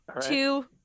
two